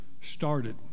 started